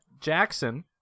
Jackson